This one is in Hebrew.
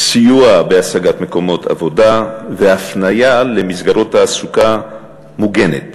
סיוע בהשגת מקומות עבודה והפניה למסגרות תעסוקה מוגנת.